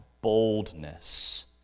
boldness